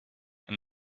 and